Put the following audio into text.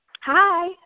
Hi